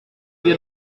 wir